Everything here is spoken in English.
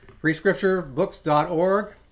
FreeScriptureBooks.org